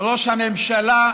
ראש הממשלה,